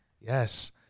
Yes